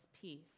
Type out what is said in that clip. peace